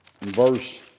verse